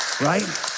right